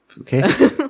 Okay